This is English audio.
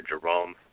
Jerome